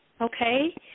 Okay